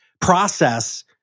process